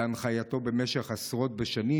והנחייתו במשך עשרות בשנים.